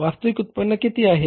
वास्तविक उत्पन्न किती आहे